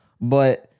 but-